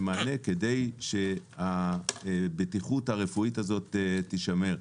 מענה כדי שהבטיחות הרפואית הזאת תישמר.